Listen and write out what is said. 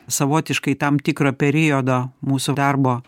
savotiškai tam tikro periodo mūsų darbo